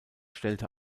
stellte